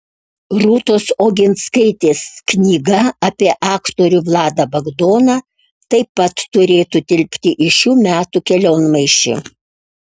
rūtos oginskaitės knyga apie aktorių vladą bagdoną taip pat turėtų tilpti į šių metų kelionmaišį